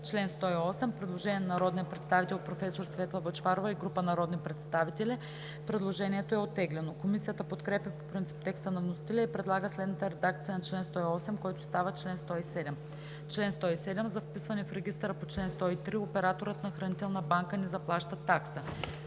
чл. 108 има предложение на народния представител професор Светла Бъчварова и група народни представители. Предложението е оттеглено. Комисията подкрепя по принцип текста на вносителя и предлага следната редакция на чл. 108, който става чл. 107: „Чл. 107. За вписване в регистъра по чл. 103 операторът на хранителна банка не заплаща такса.“